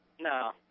no